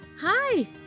Hi